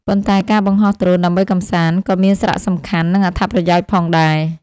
ប៉ុន្តែការបង្ហោះដ្រូនដើម្បីកម្សាន្ត ក៏មានសារៈសំខាន់ និងអត្ថប្រយោជន៍ផងដែរ។